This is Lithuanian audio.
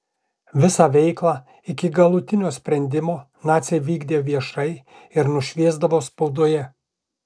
visą veiklą iki galutinio sprendimo naciai vykdė viešai ir nušviesdavo spaudoje